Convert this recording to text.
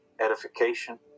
edification